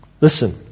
Listen